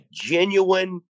genuine